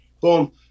Boom